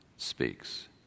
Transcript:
Speaks